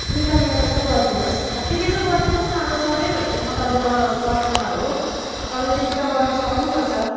दुईवटामा एउटा चाहिँ गरिदिनुहोस् अब त्यति चाहिँ गरिदिनुहोस् न सधैँभरिको म तपाईँको क कस्टमर हो तपाईँ त्यति त गर्नु सक्नुपर्छ